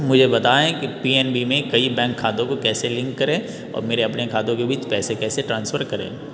मुझे बताएँ कि पी एन बी में कई बैंक खातों को कैसे लिंक करें और मेरे अपने खातों के बीच पैसे कैसे ट्रांसफ़र करें